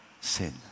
sin